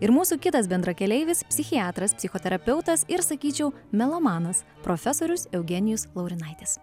ir mūsų kitas bendrakeleivis psichiatras psichoterapeutas ir sakyčiau melomanas profesorius eugenijus laurinaitis